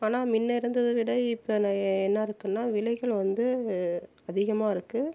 ஆனால் முன்ன இருந்ததை விட இப்போ ந என்ன இருக்குன்னால் விலைகள் வந்து அதிகமாக இருக்குது